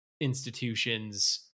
institutions